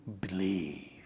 believe